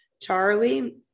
Charlie